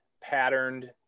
patterned